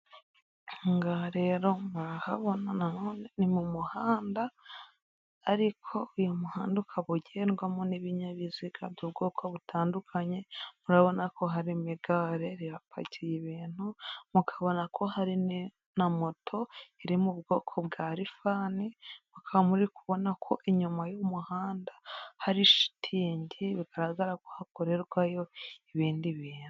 Hano rero murahabona ni mu muhanda ariko uyu muhanda ukaba ugendwamo n'ibinyabiziga by,ubwoko butandukanye murabona ko hari n'igare yapakiye ibintu mukabona ko hari na moto iri mu ubwoko bwa rifani mukaba muri kubona ko inyuma y'umuhanda hari shitingi bigaragara ko hakorerwayo ibindi bintu.